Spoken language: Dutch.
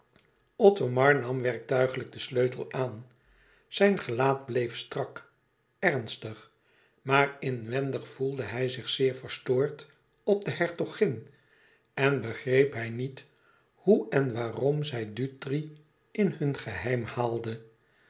othomar nam werktuigelijk den sleutel aan zijn gelaat bleef strak ernstig maar inwendig voelde hij zich zeer verstoord op de hertogin en begreep hij niet hoe en waarom zij dutri in hun geheim haalde